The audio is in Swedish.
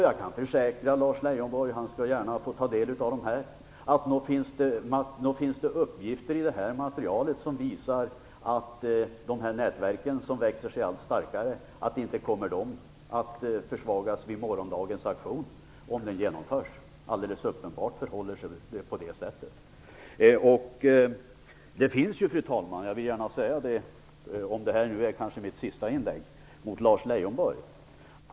Jag kan försäkra Lars Leijonborg att det finns uppgifter i det här materialet som visar att de nätverk som växer sig allt starkare inte kommer försvagas vid morgondagens auktion, om den genomförs. Lars Leijonborg får gärna ta del av dem. Fru talman! Det här är kanske mitt sista inlägg mot Lars Leijonborg.